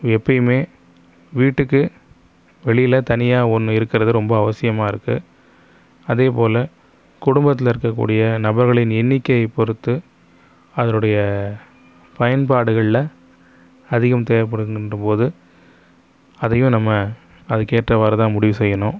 எப்போயுமே வீட்டுக்கு வெளியில் தனியாக ஒன்று இருக்கிறது ரொம்ப அவசியமாக இருக்குது அதே போல் குடும்பத்தில் இருக்கக்கூடிய நபர்களின் எண்ணிக்கையை பொருத்து அதனுடைய பயன்பாடுகளில் அதிகம் தேவைபடுகின்ற போது அதையும் நம்ம அதுக்கு ஏற்றவாறு தான் முடிவு செய்யணும்